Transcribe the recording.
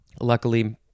Luckily